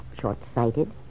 short-sighted